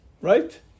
Right